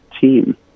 team